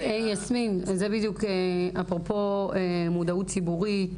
יסמין, אפרופו מודעות ציבורית